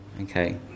Okay